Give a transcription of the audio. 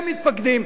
הם מתפקדים.